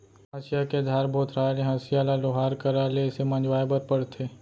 हँसिया के धार भोथराय ले हँसिया ल लोहार करा ले से मँजवाए बर परथे